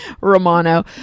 Romano